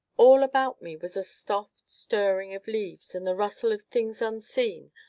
all about me was a soft stirring of leaves, and the rustle of things unseen,